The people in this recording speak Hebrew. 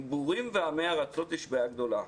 עם בורים ועמי ארצות יש בעיה גדולה.